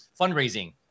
fundraising